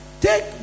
Take